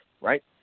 right